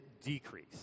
decrease